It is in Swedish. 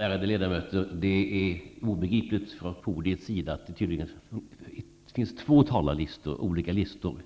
Ärade ledamöter! Det är för podiet obegripligt att det tydligen finns två olika talarlistor